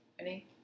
Ready